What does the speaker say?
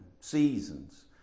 seasons